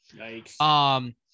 Yikes